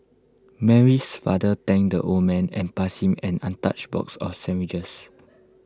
Mary's father thanked the old man and passed him an untouched box of sandwiches